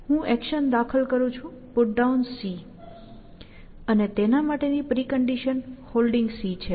હું એક્શન દાખલ કરું છું PutDown અને તેના માટે પ્રિકન્ડિશન Holding છે